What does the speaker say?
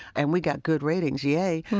and we got good ratings, yay.